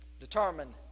Determined